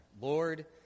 Lord